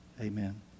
Amen